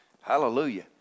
Hallelujah